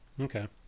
Okay